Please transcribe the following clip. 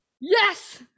Yes